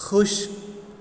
खुश